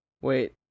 Wait